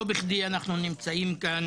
לא בכדי אנחנו נמצאים כאן